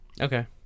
Okay